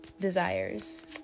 desires